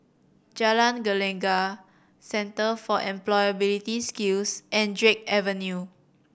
Jalan Gelegar Centre for Employability Skills and Drake Avenue